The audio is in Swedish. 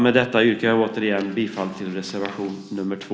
Med detta yrkar jag återigen bifall till reservation nr 2.